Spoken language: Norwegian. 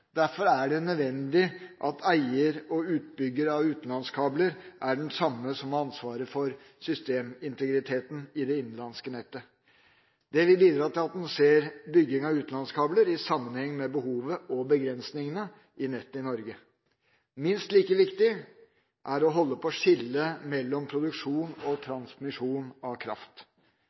Derfor er det nødvendig at eier og utbygger av utenlandskabler er den samme som den som har ansvaret for systemintegriteten i det innenlandske nettet. Det vil bidra til at en ser bygging av utenlandskabler i sammenheng med behovet og begrensningene i nettet i Norge. Minst like viktig er det å holde på skillet mellom produksjon og transmisjon av kraft.